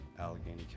Allegheny